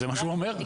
זה מה שהוא אומר.